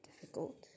difficult